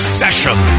session